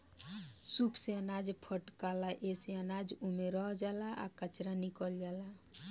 सूप से अनाज फटकाला एसे अनाज ओमे रह जाला आ कचरा निकल जाला